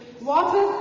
Water